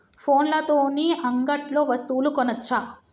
ఫోన్ల తోని అంగట్లో వస్తువులు కొనచ్చా?